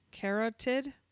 Carotid